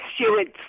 stewards